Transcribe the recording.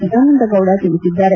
ಸದಾನಂದಗೌಡ ತಿಳಿಸಿದ್ದಾರೆ